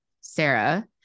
Sarah